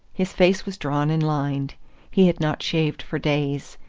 his face was drawn and lined he had not shaved for days,